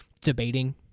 debating